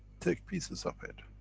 take pieces of it.